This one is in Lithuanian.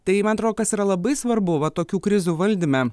tai man atrodo kas yra labai svarbu va tokių krizių valdyme